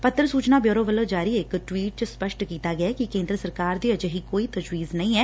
ਪੱਤਰ ਸੁਚਨਾ ਬਿਉਰੋ ਵੱਲੋ' ਜਾਰੀ ਇਕ ਟਵੀਟ 'ਚ ਸਪੱਸਟ ਕੀਤਾ ਗਿਐ ਕਿ ਕੇ'ਦਰ ਸਰਕਾਰ ਦੀ ਅਜਿਹੀ ਕੋਈ ਤਜਵੀਜ਼ ਨਹੀ ਐ